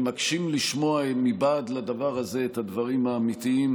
הם מקשים לשמוע מבעד לדבר הזה את הדברים האמיתיים,